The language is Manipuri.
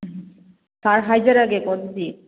ꯎꯝꯍꯨꯝ ꯁꯥꯔ ꯍꯥꯏꯖꯔꯛꯑꯒꯦꯀꯣ ꯑꯗꯨꯗꯤ